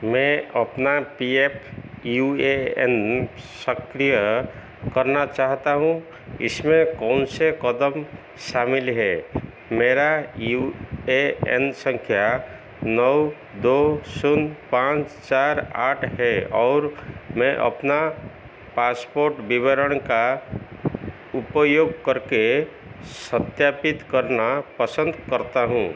मैं अपना P F U A N सक्रिय करना चाहता हूँ इसमें कौन से क़दम शामिल है मेरी यू ए एन संख्या नौ दो शून्य पाँच चार आठ है और मैं अपना पासपोर्ट विवरण का उपयोग करके सत्यापित करना पसंद करता हूँ